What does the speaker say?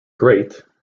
great